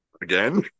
again